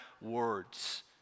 words